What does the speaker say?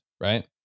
right